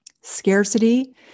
Scarcity